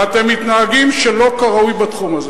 ואתם מתנהגים שלא כראוי בתחום הזה.